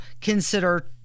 consider